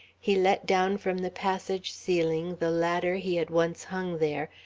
he let down from the passage ceiling the ladder he had once hung there,